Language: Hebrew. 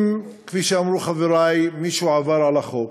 אם, כפי שאמרו חברי, מישהו עבר על החוק,